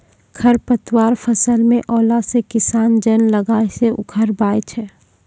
खरपतवार फसल मे अैला से किसान जन लगाय के उखड़बाय छै